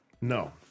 No